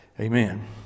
Amen